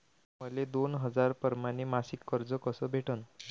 मले दोन हजार परमाने मासिक कर्ज कस भेटन?